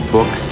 Book